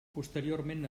posteriorment